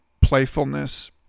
playfulness